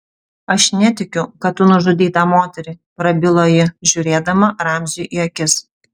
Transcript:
aš netikiu kad tu nužudei tą moterį prabilo ji žiūrėdama ramziui į akis